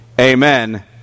Amen